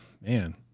Man